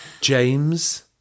James